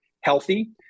healthy